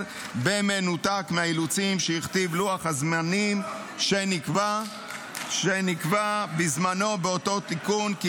במנותק מהאילוצים שהכתיב לוח הזמנים שנקבע בזמנו באותו תיקון,